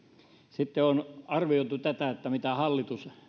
sitten on arvioitu mitä hallitus